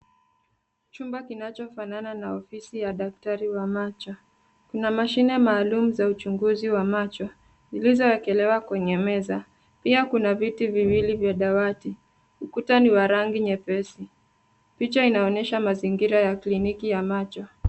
Chumba kinachofanana na ofisi ya daktari wa macho. Kuna mashine maalum za uchunguzi wa macho zilizowekelewa kwenye meza. Pia kuna viti viwili vya dawati. Ukuta ni wa rangi nyepesi. Pia inaonyesha mazingira ya kliniki ya macho.